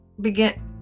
begin